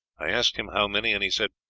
i asked him how many, and he said,